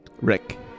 Rick